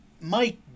Mike